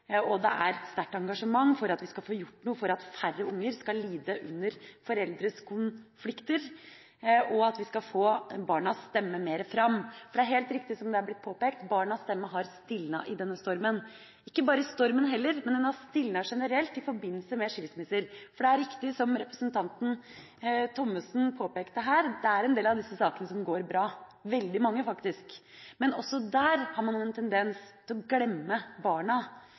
Det er et sterkt engasjement for at vi skal få gjort noe for at færre barn skal lide under foreldres konflikter, og at vi skal få barnas stemme mer fram. For det er helt riktig som det er blitt påpekt, barnas stemme har stilnet i denne stormen – ikke bare i stormen heller, den har stilnet generelt i forbindelse med skilsmisser. Det er riktig som representanten Thommessen påpekte her, at det er en del av disse sakene som går bra, veldig mange faktisk. Men også der har man en tendens til å glemme barna